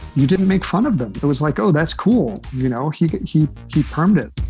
you didn't make fun of them. it was like, oh, that's cool you know, he he he performed it,